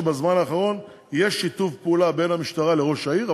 אף שבזמן האחרון יש שיתוף פעולה בין המשטרה לראש העיר,